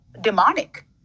demonic